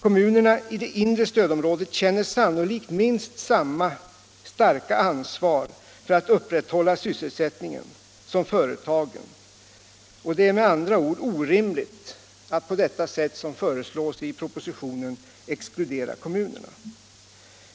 Kommunerna i det inre stödområdet känner sannolikt minst samma starka ansvar för att upprätthålla sysselsättningen som företagen, och det är med andra ord orimligt att — såsom föreslås i propositionen — exkludera kommunerna.